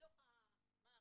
בתוך המערכת.